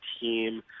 team